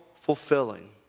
fulfilling